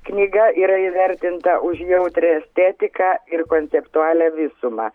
knyga yra įvertinta už jautrią estetiką ir konceptualią visumą